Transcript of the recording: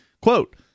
Quote